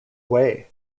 way